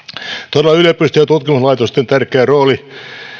todella yliopistojen ja tutkimuslaitosten rooli